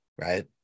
right